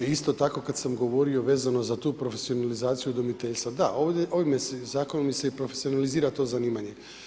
I isto tako kad sam govorio vezano za tu profesionalizaciju udomiteljstva, da, ovime se zakonom i profesionalizira to zanimanje.